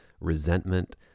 resentment